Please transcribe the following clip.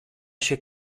się